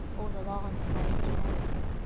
all the lands laid to waste,